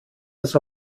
das